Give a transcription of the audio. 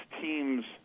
teams